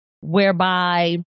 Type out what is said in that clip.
whereby